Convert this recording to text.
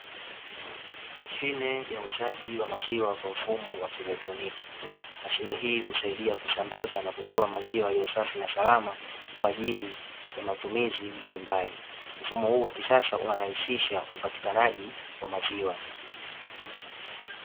Mashine ya uuzaji wa maziwa kwa mfumo wa kielektroniki, mashine hii husaidia kusambaza na kutoa maziwa yaliyo safi na salama, kwa ajili ya matumizi mbalimbali, mfumo huu wa kisasa unarahisisha upatikanaji wa maziwa.